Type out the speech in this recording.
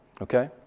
Okay